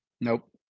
Nope